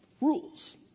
rules